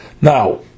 Now